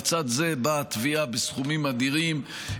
לצד זה באה תביעה בסכומים אדירים.